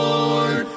Lord